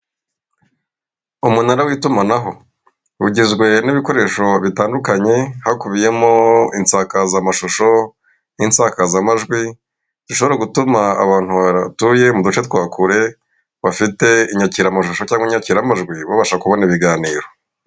Umunara w'itumanaho, ugizwe n'ibikoresho bitandukanye hakubiyemo insakazamashusho n'insakazamajwi, zishobora gutuma abantu batuye mu duce twa kure bafite inyakiramashusho cyangwa inyakiramajwi, babasha kubona ibiganiro.